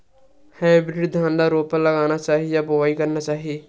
Hybrid धान ल रोपा लगाना चाही या बोआई करना चाही?